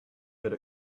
could